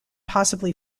possibly